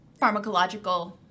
pharmacological